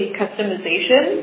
customization